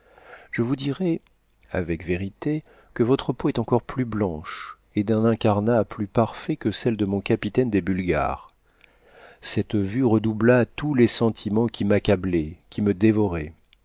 je vous dirai avec vérité que votre peau est encore plus blanche et d'un incarnat plus parfait que celle de mon capitaine des bulgares cette vue redoubla tous les sentiments qui m'accablaient qui me dévoraient